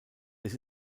this